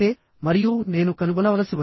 ఈ విధంగా మనం కనుక్కోవాలి